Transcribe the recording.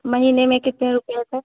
महीने में कितने रुपये तक